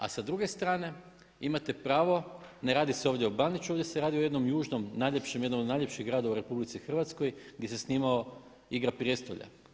A sa druge strane imate pravo, ne radi se ovdje o Bandiću ovdje se radi o jednom južnom najljepšem, jednom od najljepših gradova u RH gdje se snimala Igra prijestolja.